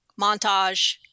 montage